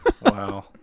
Wow